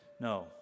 No